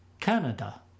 Canada